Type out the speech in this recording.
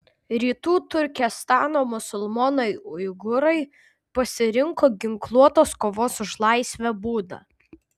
rytų turkestano musulmonai uigūrai pasirinko ginkluotos kovos už laisvę būdą